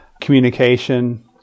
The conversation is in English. communication